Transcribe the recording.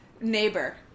neighbor